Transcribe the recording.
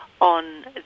on